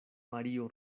mario